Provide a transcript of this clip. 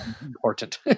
important